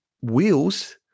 wheels